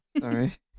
Sorry